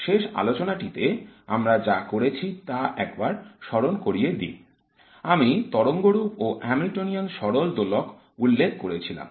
শেষ আলোচনাটি তে আমরা যা করেছি তা একবার স্মরণ করিয়ে দিই আমি তরঙ্গরূপ ও হ্যামিল্টোনিয়ান সরল দোলক উল্লেখ করেছিলাম